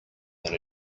than